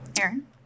Aaron